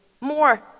more